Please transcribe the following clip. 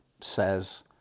says